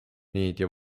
meedia